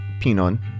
Pinon